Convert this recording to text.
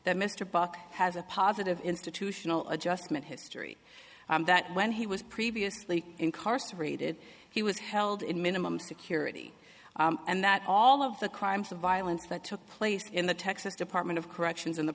that mr buck has a positive institutional adjustment history that when he was previously incarcerated he was held in minimum security and that all of the crimes of violence that took place in the texas department of corrections in the